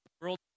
world